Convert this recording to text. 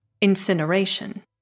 incineration